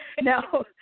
No